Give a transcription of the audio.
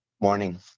Morning